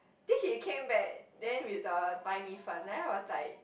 then he came back then with the 白米粉 then I was like